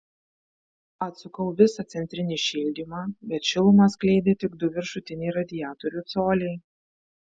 atsukau visą centrinį šildymą bet šilumą skleidė tik du viršutiniai radiatorių coliai